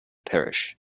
parish